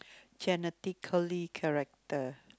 genetically character